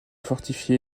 fortifiée